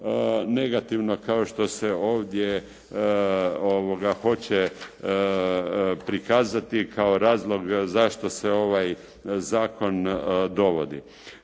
negativno kao što se ovdje hoće prikazati kao razlog zašto se ovaj zakon dovodi.